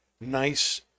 nice